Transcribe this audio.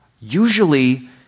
Usually